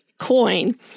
coin